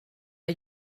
der